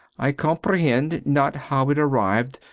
i comprehend not how it arrived,